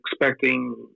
expecting